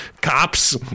cops